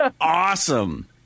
awesome